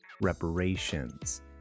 reparations